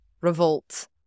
revolt